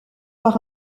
par